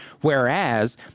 Whereas